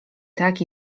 tak